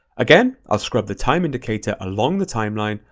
again, i'll scrub the time indicator along the timeline,